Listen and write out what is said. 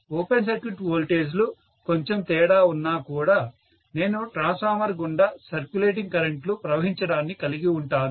open circuit voltage లు కొంచెం తేడా ఉన్నా కూడా నేను ట్రాన్స్ఫార్మర్ గుండా సర్క్యులేటింగ్ కరెంట్ లు ప్రవహించడాన్ని కలిగి ఉంటాను